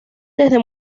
desde